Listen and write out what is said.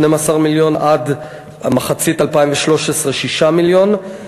12 מיליון, עד מחצית 2013, 6 מיליון.